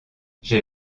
j’ai